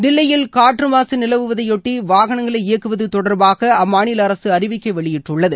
தில்லியில் காற்று மாசு நிலவுவதையொட்டி வாகனங்களை இயக்குவது தொடர்பாக அம்மாநில அரசு அறிவிக்கை வெளியிட்டுள்ளது